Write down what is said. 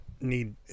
need